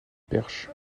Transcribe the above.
perche